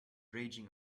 raging